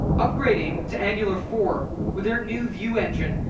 upgrading to angular four, with their new vue engine,